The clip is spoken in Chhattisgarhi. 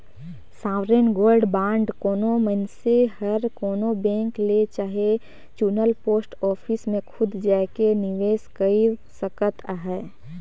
सॉवरेन गोल्ड बांड कोनो मइनसे हर कोनो बेंक ले चहे चुनल पोस्ट ऑफिस में खुद जाएके निवेस कइर सकत अहे